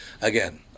Again